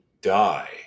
die